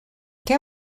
què